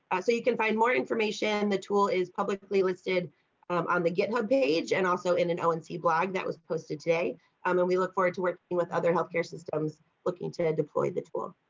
so you can find more information. the tool is publicly listed on the github page and also in an otc blog that was posted today um and we look forward to working with other healthcare systems looking to deploy the tool.